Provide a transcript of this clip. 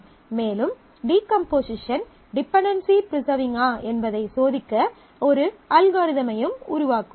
மேலும் decomposition dependency ப்ரிசர்விங்கா என்பதை சோதிக்க ஒரு அல்காரிதம் ஐயும் உருவாக்குவோம்